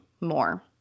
more